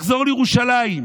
תחזור לירושלים.